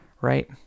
right